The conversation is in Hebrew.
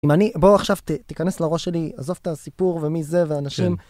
בוא עכשיו תיכנס לראש שלי, עזוב את הסיפור ומי זה ואנשים.